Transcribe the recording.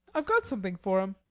i've got something for him.